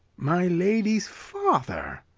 my lady's father?